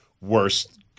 worst